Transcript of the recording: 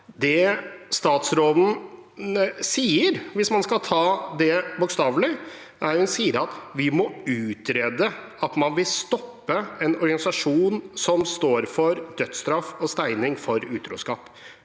Det statsråden sier, hvis man skal ta det bokstavelig, er at vi må utrede at man vil stoppe en organisasjon som står for dødsstraff og steining for utroskap.